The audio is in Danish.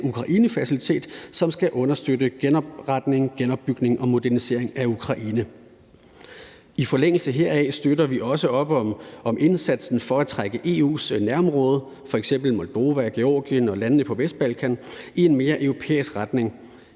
som skal understøtte genopretningen, genopbygningen og moderniseringen af Ukraine. I forlængelse heraf støtter vi også op om indsatsen for at trække EU's nærområde, f.eks. Moldova, Georgien og landene på Vestbalkan, i en mere europæisk retning.